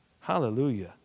Hallelujah